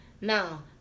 Now